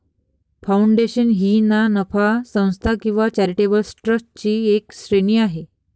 foundation ही ना नफा संस्था किंवा चॅरिटेबल ट्रस्टची एक श्रेणी आहे